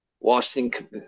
Washington